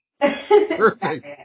Perfect